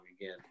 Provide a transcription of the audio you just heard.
again